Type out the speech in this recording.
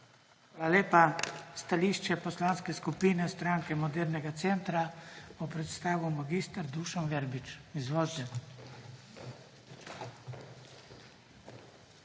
Hvala lepa. Stališče Poslanske skupine Stranke Modernega centra bo predstavil mag. Dušan Verbič. Izvolite.